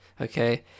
okay